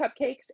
cupcakes